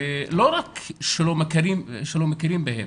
לא רק שלא מכירים בהם